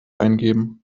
eingeben